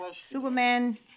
Superman